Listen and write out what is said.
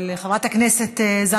אבל לחברת הכנסת זנדברג זה,